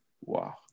Wow